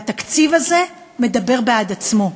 והתקציב הזה מדבר בעד עצמו.